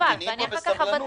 שממתינים פה בסבלנות.